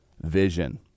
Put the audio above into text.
vision